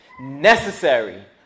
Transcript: necessary